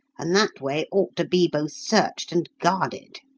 and that way ought to be both searched and guarded.